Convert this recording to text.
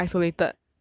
genuinely